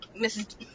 Mrs